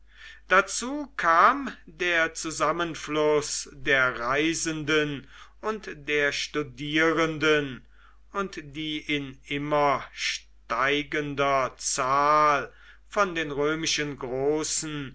dazu kam der zusammenfluß der reisenden und der studierenden und die in immer steigender zahl von den römischen großen